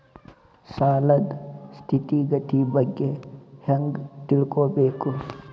ಸಾಲದ್ ಸ್ಥಿತಿಗತಿ ಬಗ್ಗೆ ಹೆಂಗ್ ತಿಳ್ಕೊಬೇಕು?